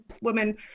women